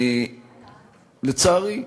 לצערי,